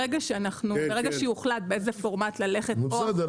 ברגע שיוחלט באיזה פורמט ללכת -- בסדר,